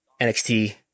NXT